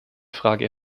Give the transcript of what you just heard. frage